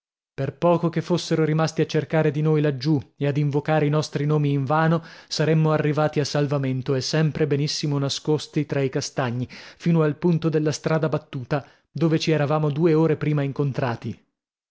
per poco che fossero rimasti a cercare di noi laggiù e ad invocare i nostri nomi invano saremmo arrivati a salvamento e sempre benissimo nascosti tra i castagni fino al punto della strada battuta dove ci eravamo due ore prima incontrati